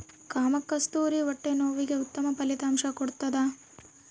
ಕಾಮಕಸ್ತೂರಿ ಹೊಟ್ಟೆ ನೋವಿಗೆ ಉತ್ತಮ ಫಲಿತಾಂಶ ಕೊಡ್ತಾದ